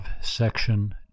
Section